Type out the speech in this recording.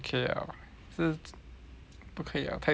就是不可以了太多了